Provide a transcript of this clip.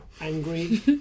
angry